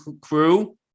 crew